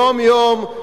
יום-יום,